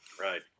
Right